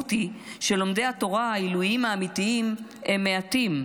המציאות היא שלומדי התורה העילויים האמיתיים הם מעטים,